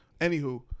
Anywho